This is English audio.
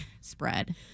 spread